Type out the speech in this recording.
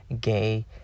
Gay